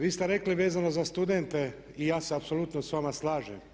Vi ste rekli vezano za studente i ja se apsolutno sa vama slažem.